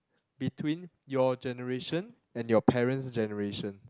between your generation and your parents' generation